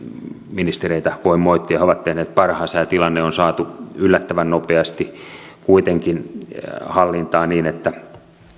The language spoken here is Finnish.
ministereitä voi moittia he ovat tehneet parhaansa ja tilanne on saatu yllättävän nopeasti kuitenkin hallintaan niin että